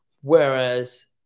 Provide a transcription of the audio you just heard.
Whereas